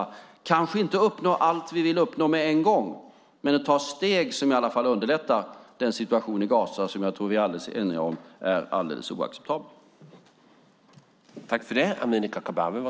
Vi kanske inte kan uppnå allt vi vill uppnå med en gång, men vi kan ta steg som i alla fall underlättar den situation i Gaza som är alldeles oacceptabel - det tror jag att vi är eniga om.